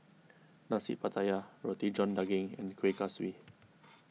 Nasi Pattaya Roti John Daging and Kueh Kaswi